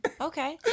Okay